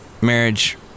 marriage